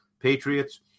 Patriots